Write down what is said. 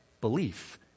belief